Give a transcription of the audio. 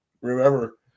remember